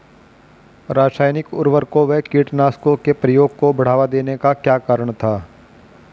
रासायनिक उर्वरकों व कीटनाशकों के प्रयोग को बढ़ावा देने का क्या कारण था?